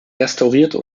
restaurierte